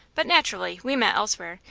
but naturally we met elsewhere,